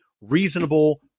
reasonable